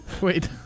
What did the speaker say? Wait